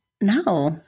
No